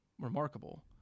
remarkable